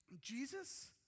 Jesus